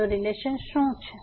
તો રીલેશન શું છે